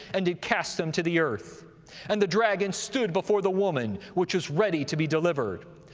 and did cast them to the earth and the dragon stood before the woman which was ready to be delivered,